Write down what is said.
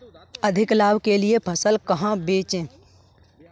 अधिक लाभ के लिए फसल कहाँ बेचें?